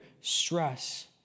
stress